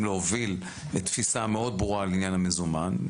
להוביל תפיסה מאוד ברורה לעניין המזומן,